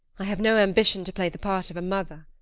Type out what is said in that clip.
i have no ambition to play the part of a mother.